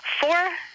four